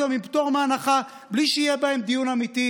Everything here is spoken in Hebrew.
אותם עם פטור מהנחה בלי שיהיה בהם דיון אמיתי,